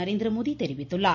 நரேந்திரமோடி தெரிவித்துள்ளார்